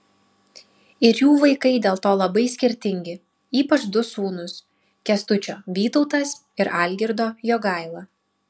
ir jų vaikai dėl to labai skirtingi ypač du sūnūs kęstučio vytautas ir algirdo jogaila